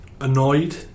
annoyed